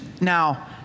now